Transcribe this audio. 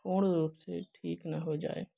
पूर्ण रूप से ठीक ना हो जाए